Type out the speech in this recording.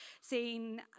seeing